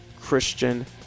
Christian